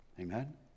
Amen